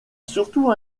surtout